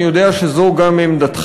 אני יודע שזו גם עמדתך,